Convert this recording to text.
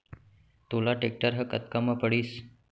तोला टेक्टर ह कतका म पड़िस?